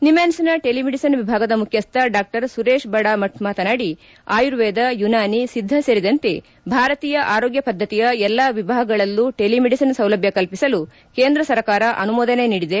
ನಿಮಾನ್ಗ್ನ telemedicine ವಿಭಾಗದ ಮುಖ್ಯಸ್ಥ ಡಾ ಸುರೇಶ್ ಬಡಾ ಮಕ್ ಆಯುರ್ವೇದ ಯುನಾನಿ ಸಿದ್ಧ ಸೇರಿದಂತೆ ಭಾರತೀಯ ಆರೋಗ್ಯ ಪದ್ಧತಿಯ ಎಲ್ಲಾ ವಿಭಾಗಗಳಲ್ಲೂ ಟೆಲಿಮೆಡಿಸನ್ ಸೌಲಭ್ಯ ಕಲ್ಲಿಸಲು ಕೇಂದ್ರ ಸರ್ಕಾರ ಅನುಮೋದನೆ ನೀಡಿದೆ